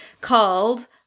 called